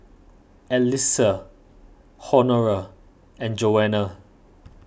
Elissa Honora and Joana